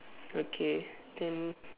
okay then